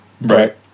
Right